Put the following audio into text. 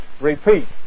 Repeat